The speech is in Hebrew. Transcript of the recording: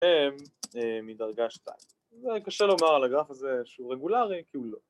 ‫הם מדרגה שתיים. ‫זה קשה לומר על הגרף הזה ‫שהוא רגולרי, כי הוא לא.